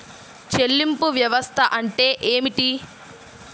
చెల్లింపు వ్యవస్థ అంటే ఏమిటి?